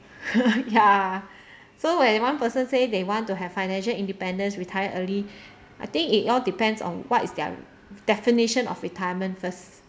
ya so when one person say they want to have financial independence retire early I think it all depends on what is their definition of retirement first